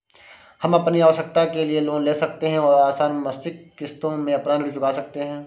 हम अपनी आवश्कता के लिए लोन ले सकते है और आसन मासिक किश्तों में अपना ऋण चुका सकते है